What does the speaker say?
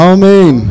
Amen